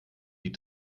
die